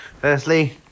Firstly